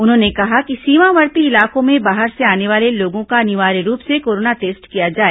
उन्होंने कहा कि सीमावर्ती इलाकों में बाहर से आने वाले लोगों का अनिवार्य रूप से कोरोना टेस्ट किया जाए